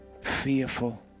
fearful